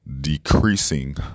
decreasing